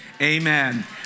Amen